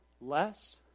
less